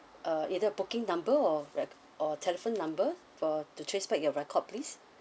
uh either booking number or re~ or telephone number for to trace back your record please